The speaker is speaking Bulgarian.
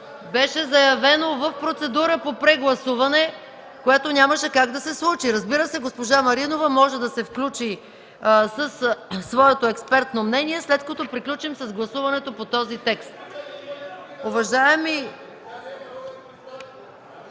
беше заявено в процедура по прегласуване, което нямаше как да се случи. Разбира се, госпожа Маринова може да се включи със своето експертно мнение, след като приключим с гласуването по този текст.